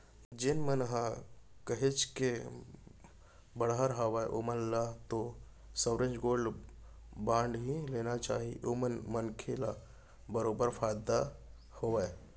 जेन मन ह काहेच के बड़हर हावय ओमन ल तो साँवरेन गोल्ड बांड ही लेना चाही ओमा मनसे ल बरोबर फायदा हावय